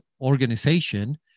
organization